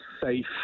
safe